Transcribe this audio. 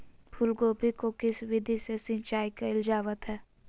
फूलगोभी को किस विधि से सिंचाई कईल जावत हैं?